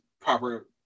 proper